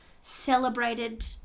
celebrated